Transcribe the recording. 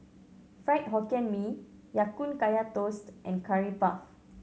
Fried Hokkien Mee Ya Kun Kaya Toast and Curry Puff